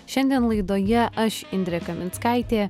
šiandien laidoje aš indrė kaminskaitė